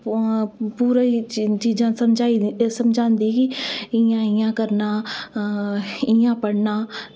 ते पूरी चीज़ां समझांदी ही इंया इंया करना इंया पढ़ना